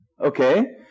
Okay